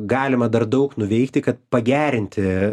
galima dar daug nuveikti kad pagerinti